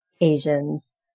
Asians